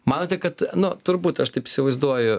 manote kad na turbūt aš taip įsivaizduoju